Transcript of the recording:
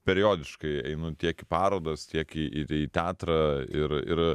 periodiškai einu tiek į parodas tiek į į teatrą ir ir